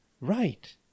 Right